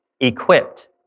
equipped